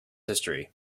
history